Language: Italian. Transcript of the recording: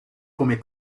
come